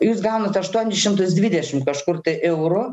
jūs gaunat aštuonis šimtus dvidešimt kažkur tai eurų